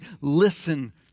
listen